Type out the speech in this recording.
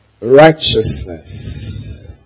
Righteousness